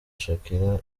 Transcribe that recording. shakira